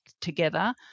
together